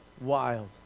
wild